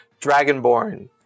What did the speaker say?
Dragonborn